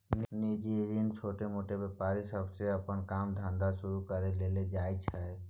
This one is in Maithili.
निजी ऋण छोटमोट व्यापारी सबके अप्पन काम धंधा शुरू करइ लेल लेल जाइ छै